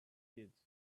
kids